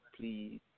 please